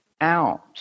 out